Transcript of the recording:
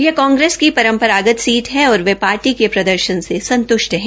यह कांग्रेस की परम्परागत सीट है और वे पार्टी क प्रदर्शन से संतुष्ट है